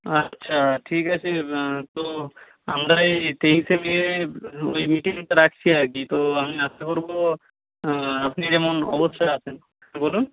আচ্ছা ঠিক আছে তো আমরা এই তেইশে গিয়ে এই মিটিংটা রাখছি আর কি তো আমি আশা করব আপনি যেমন অবশ্যই আসেন হ্যাঁ বলুন